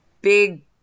big